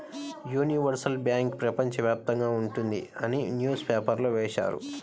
universal bank ప్రపంచ వ్యాప్తంగా ఉంటుంది అని న్యూస్ పేపర్లో వేశారు